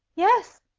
yes!